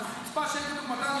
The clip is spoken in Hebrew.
זאת חוצפה שאין כדוגמתה.